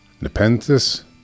Nepenthes